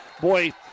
Boy